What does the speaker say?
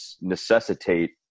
necessitate